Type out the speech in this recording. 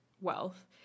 wealth